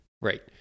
Right